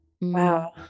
Wow